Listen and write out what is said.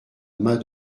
main